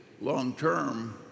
long-term